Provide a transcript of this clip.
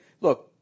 Look